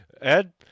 Ed